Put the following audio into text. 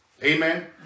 Amen